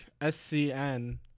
SCN